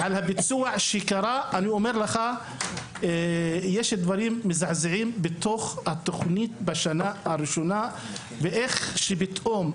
יש דברים מזעזעים שקרו בביצוע התכנית בשנה הראשונה; פתאום,